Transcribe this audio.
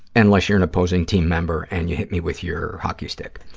unless you're an opposing team member and you hit me with your hockey stick,